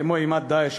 כמו אימת "דאעש",